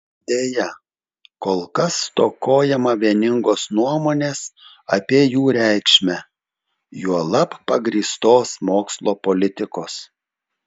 deja kol kas stokojama vieningos nuomonės apie jų reikšmę juolab pagrįstos mokslo politikos